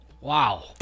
Wow